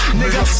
nigga